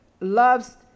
Love's